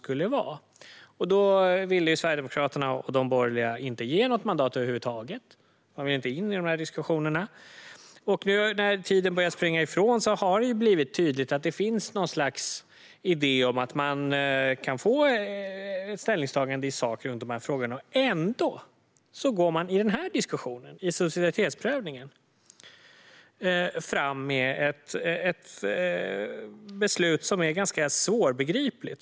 Men Sverigedemokraterna och de borgerliga ville inte ge något mandat och ville inte gå in i dessa diskussioner. Med tiden har det dock blivit tydligt att det finns en idé om att man kan få ett ställningstagande i sak i dessa frågor, och ändå går man i denna diskussion, i subsidiaritetsprövningen, fram med ett beslut som är ganska svårbegripligt.